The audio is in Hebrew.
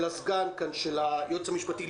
של סגן מנהל מרכז הדרכה ארצי למסעות לפולין.